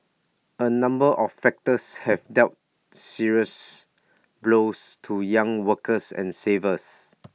A number of factors have dealt serious blows to young workers and savers